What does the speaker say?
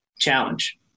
challenge